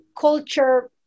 culture